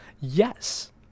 Yes